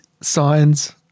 signs